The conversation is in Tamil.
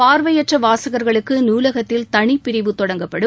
பார்வையற்ற வாசகர்களுக்கு நூலகத்தில் தனிப் பிரிவு தொடங்கப்படும்